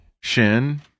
Shin